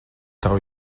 tavu